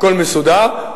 הכול מסודר,